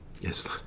Yes